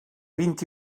vint